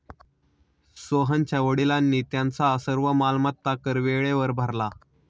सोहनच्या वडिलांनी त्यांचा सर्व मालमत्ता कर वेळेवर भरला